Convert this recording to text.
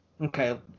okay